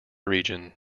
region